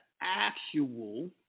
actual